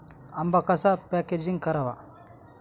आंबा कसा पॅकेजिंग करावा?